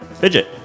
Fidget